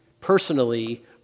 personally